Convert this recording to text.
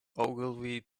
ogilvy